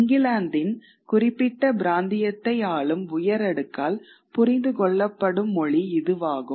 இங்கிலாந்தின் குறிப்பிட்ட பிராந்தியத்தை ஆளும் உயரடுக்கால் புரிந்து கொள்ளப்படும் மொழி இதுவாகும்